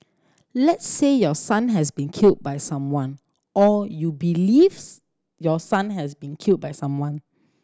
let's say your son has been killed by someone or you believes your son has been killed by someone